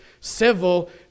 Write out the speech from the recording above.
civil